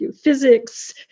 physics